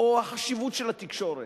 או החשיבות של התקשורת,